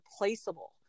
replaceable